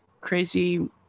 crazy